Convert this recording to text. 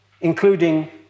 including